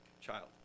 child